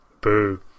Boo